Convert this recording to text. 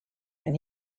and